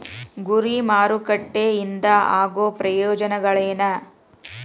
ಗುರಿ ಮಾರಕಟ್ಟೆ ಇಂದ ಆಗೋ ಪ್ರಯೋಜನಗಳೇನ